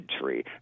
tree